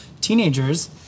teenagers